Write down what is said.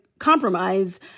Compromise